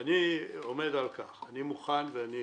אז אנחנו מכירים את הכול ובדקנו.